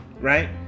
right